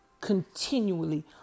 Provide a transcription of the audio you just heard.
continually